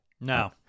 No